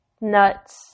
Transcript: nuts